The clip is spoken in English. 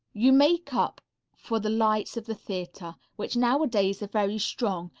you makeup for the lights of the theatre, which nowadays are very strong,